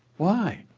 why?